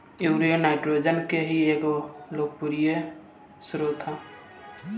urea nitrogen के ही एगो लोकप्रिय स्रोत ह